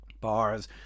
bars